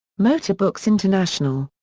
motorbooks international.